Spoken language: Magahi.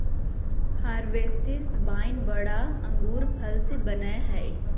हर्बेस्टि वाइन बड़ा अंगूर फल से बनयय हइ